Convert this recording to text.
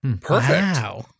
Perfect